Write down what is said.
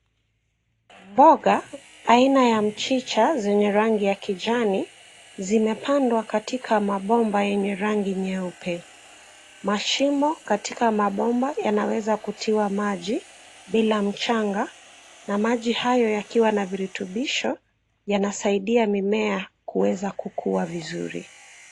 Mboga aina ya mchicha zenye rangi ya kijani zimepandwa katika mabomba yenye rangi nyeupe. Mashimo katika mabomba yanaweza kutiwa maji bila mchanga, na maji hayo yakiwa na virutubisho, yanasaidia mimea kuweza kukua vizuri.